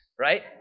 right